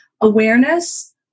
awareness